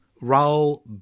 roll